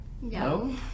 No